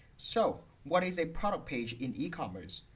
so what is a product page in e-commerce?